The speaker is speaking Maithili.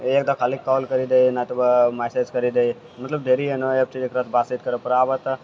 एकदा खाली कॉल करि दै ने तऽ मैसेज करि दै मतलब ढेरी एहनो ऐप छै जकरासँ बासेठ करऽ आबऽ तऽ